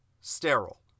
sterile